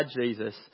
Jesus